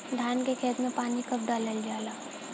धान के खेत मे पानी कब डालल जा ला?